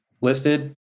listed